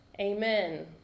Amen